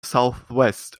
southwest